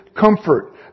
comfort